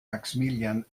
maximilian